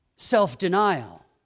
Self-denial